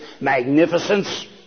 magnificence